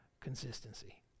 consistency